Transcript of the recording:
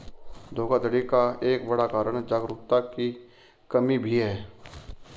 धोखाधड़ी का एक बड़ा कारण जागरूकता की कमी भी है